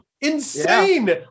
insane